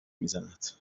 میزند